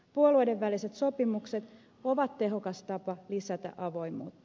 puolueiden väliset sopimukset ovat tehokas tapa lisätä avoimuutta